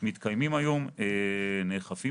מתקיימים היום ונאכפים.